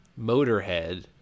Motorhead